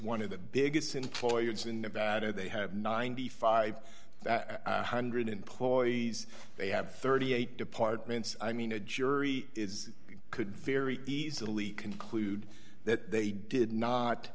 one of the biggest employers in nevada they have nine thousand five hundred employees they have thirty eight departments i mean a jury is you could very easily conclude that they did not